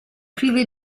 prive